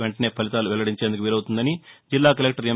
వెంటనే ఫలితాలు వెల్లడించేందుకు వీలవుతుందని జిల్లా కలెక్టర్ ఎం